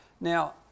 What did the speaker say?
Now